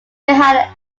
behind